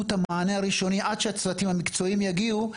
את המענה הראשוני עד שהצוותים המקצועיים יגיעו,